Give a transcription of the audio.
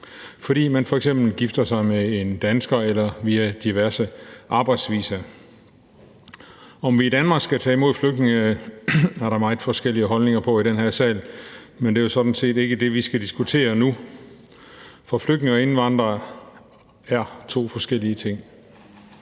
fordi man gifter sig med en dansker eller via diverse arbejdsvisa. Om vi i Danmark skal tage imod flygtninge, er der i den her sal meget forskellige holdninger til, men det er jo sådan set ikke det, vi skal diskutere nu, for flygtninge og indvandrere er to forskellige ting.